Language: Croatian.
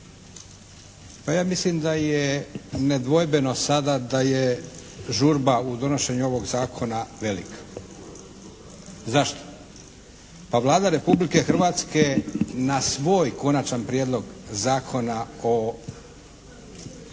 Pa ja mislim da je nedvojbeno sada da je žurba u donošenju ovog zakona velika. Zašto? Pa Vlada Republike Hrvatske na svoj Konačan prijedlog zakona o